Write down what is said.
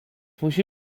musi